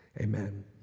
Amen